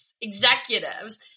executives